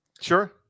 Sure